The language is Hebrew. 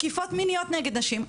תקיפות מיניות נגד נשים,